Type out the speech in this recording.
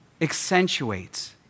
accentuates